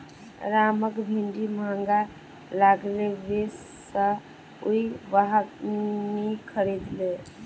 रामक भिंडी महंगा लागले वै स उइ वहाक नी खरीदले